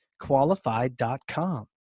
Qualified.com